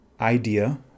idea